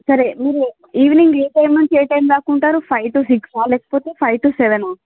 సరే మీరు ఈవినింగ్ ఏ టైం నుంచి ఏ టైం దాకా ఉంటారు ఫైవ్ టు సిక్స్ ఆ లేకపోతే ఫైవ్ టు సెవెన్ ఆ